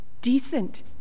decent